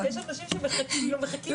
נכון.